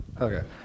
Okay